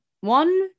one